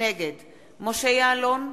נגד משה יעלון,